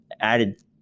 added